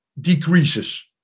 decreases